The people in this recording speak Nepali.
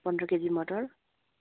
पन्ध्र केजी मटर